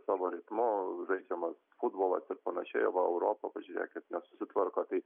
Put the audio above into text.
savo ritmu žaidžiamas futbolas ir panašiai o va europa pažiūrėkit nesusitvarko tai